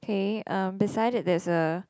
K um beside it there's a